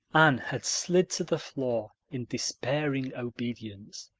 anne had slid to the floor in despairing obedience.